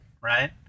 right